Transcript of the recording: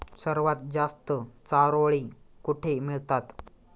सर्वात जास्त चारोळी कुठे मिळतात?